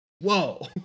whoa